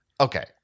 Okay